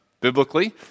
biblically